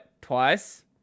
twice